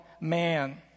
man